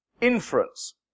inference